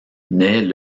naît